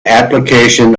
application